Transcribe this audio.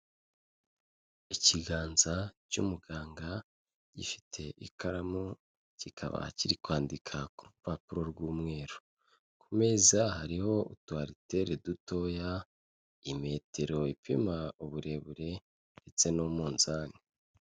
Ikiganza cy'umuganga, gifite ikaramu kikaba kiri kwandika ku rupapuro rw'umweru, ku meza hariho utu ariteli dutoya, imetero ipima uburebure ndetse n'umunzani.